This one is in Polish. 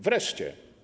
Wreszcie.